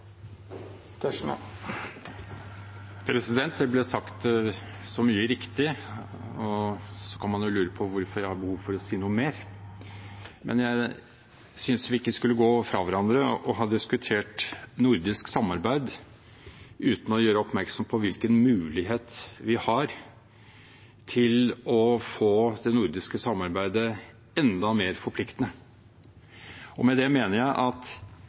Det er blitt sagt mye riktig, så man kan lure på hvorfor jeg har behov for å si noe mer. Men jeg synes ikke vi skal gå fra hverandre og ha diskutert nordisk samarbeid uten å gjøre oppmerksom på hvilken mulighet vi har til å få det nordiske samarbeidet enda mer forpliktende. Med det mener jeg at